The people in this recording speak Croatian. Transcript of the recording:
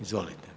Izvolite.